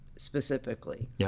specifically